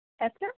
Esther